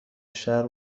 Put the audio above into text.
شهر